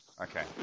Okay